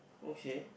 okay